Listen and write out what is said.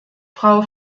frau